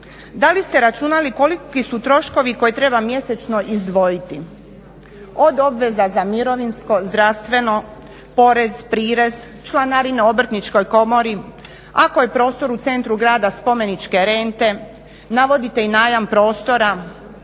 Da li ste računali koliki su troškovi koje treba mjesečno izdvojiti od obveza za mirovinsko, zdravstveno, porez, prirez, članarine Obrtničkoj komori, ako je prostor u centru grada spomeničke rente, navodite i najam prostora.